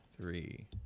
Three